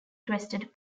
crested